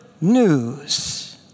news